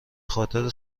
خاطر